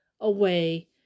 away